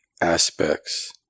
aspects